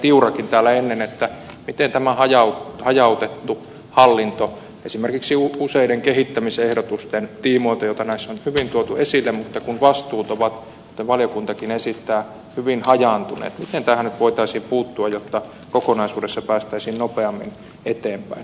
tiurakin täällä ennen miten tähän hajautettuun hallintoon voitaisiin puuttua esimerkiksi useiden kehittämisehdotusten tiimoilta joita näissä on hyvin tuotu esille mutta kun vastuut ovat kuten valiokuntakin esittää hyvin hajaantuneet jotta kokonaisuudessa päästäisiin nopeammin eteenpäin